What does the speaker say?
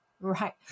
Right